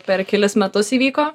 per kelis metus įvyko